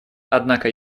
однако